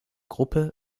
gruppe